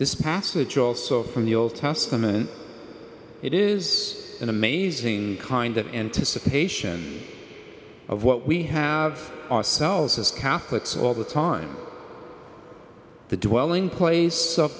this passage also from the old testament it is an amazing kind of anticipation of what we have ourselves as catholics all the time the do well in place of